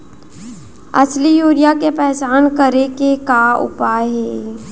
असली यूरिया के पहचान करे के का उपाय हे?